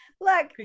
look